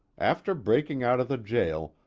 after breaking out of the jail,